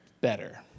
better